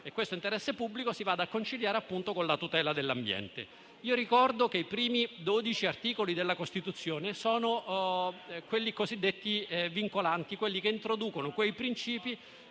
questo interesse pubblico, si vada a conciliare con la tutela dell'ambiente. Ricordo che i primi 12 articoli della Costituzione sono quelli cosiddetti vincolanti e introducono principi